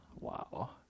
Wow